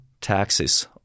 taxes